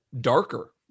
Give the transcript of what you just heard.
darker